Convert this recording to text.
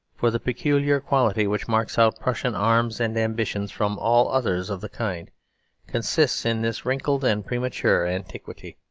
for the peculiar quality which marks out prussian arms and ambitions from all others of the kind consists in this wrinkled and premature antiquity.